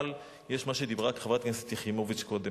אבל יש מה שדיברה חברת הכנסת יחימוביץ קודם.